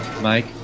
Mike